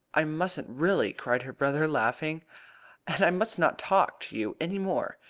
i mustn't, really, cried her brother laughing. and i must not talk to you any more.